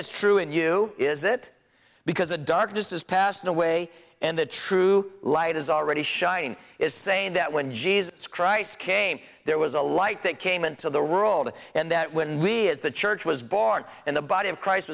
it's true and you is it because the darkness has passed away and the true light is already shining is saying that when jesus christ came there was a light that came into the ruled and that when we as the church was born and the body of christ